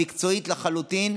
המקצועית לחלוטין.